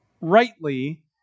rightly